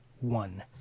one